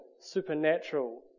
supernatural